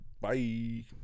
Bye